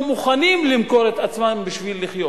מוכנים למכור את עצמם בשביל לחיות.